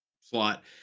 slot